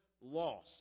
loss